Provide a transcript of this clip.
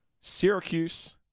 Syracuse